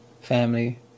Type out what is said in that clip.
family